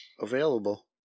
available